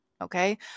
Okay